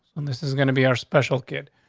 when this is going to be our special kid.